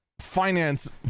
finance